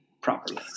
properly